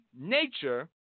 nature